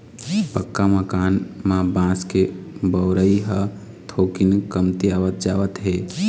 पक्का मकान म बांस के बउरई ह थोकिन कमतीयावत जावत हे